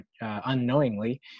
unknowingly